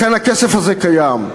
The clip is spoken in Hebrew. לכן, הכסף הזה קיים.